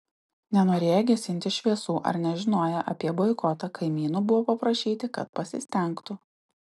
nenorėję gesinti šviesų ar nežinoję apie boikotą kaimynų buvo paprašyti kad pasistengtų